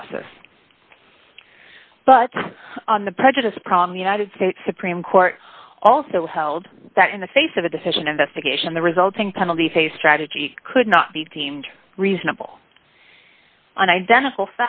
is but on the prejudice problem the united states supreme court also held that in the face of a decision investigation the resulting penalty phase strategy could not be deemed reasonable on identical